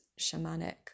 shamanic